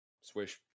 swish